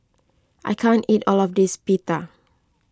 I can't eat all of this Pita